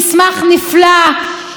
היא מסמך שהוא קונסנזוס,